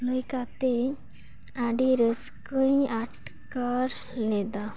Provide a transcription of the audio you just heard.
ᱞᱟᱭ ᱠᱟᱛᱮ ᱟᱹᱰᱤ ᱨᱟᱹᱥᱠᱟᱹᱧ ᱟᱴᱠᱟᱨ ᱞᱮᱫᱟ